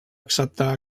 acceptar